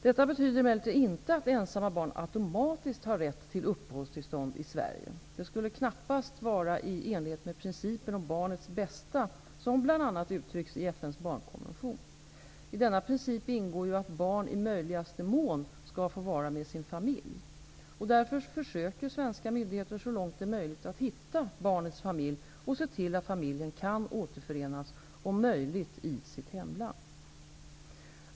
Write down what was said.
Detta betyder emellertid inte att ensamma barn automatiskt har rätt till uppehållstillstånd i Sverige. Det skulle knappast vara i enlighet med principen om barnets bästa som bl.a. uttrycks i FN:s barnkonvention. I denna princip ingår ju att barn i möjligaste mån skall få vara med sin familj. Därför försöker svenska myndigheter så långt det är möjligt hitta barnets familj och se till att familjen kan återförenas, om möjligt i sitt hemland.